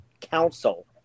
Council